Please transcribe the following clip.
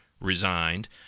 resigned